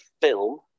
film